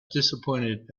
disappointed